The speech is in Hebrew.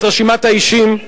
את רשימת האישים,